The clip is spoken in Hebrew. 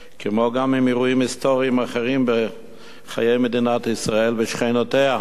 כמו גם עם אירועים היסטוריים אחרים בחיי מדינת ישראל ושכנותיה.